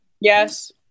Yes